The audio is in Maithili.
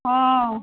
हँ